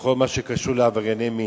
בכל מה שקשור לעברייני מין.